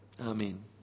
Amen